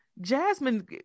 jasmine